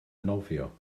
nofio